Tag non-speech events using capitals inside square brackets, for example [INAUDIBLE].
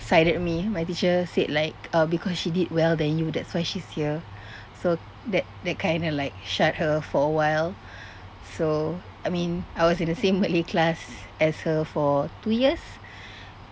sided me my teacher said like uh because she did well than you that's why she's here [BREATH] so that that kind of like shut her for a while [BREATH] so I mean I was in the same malay class as her for two years [BREATH]